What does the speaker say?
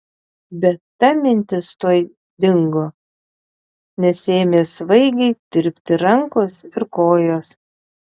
bet ta mintis tuoj dingo nes ėmė svaigiai tirpti rankos ir kojos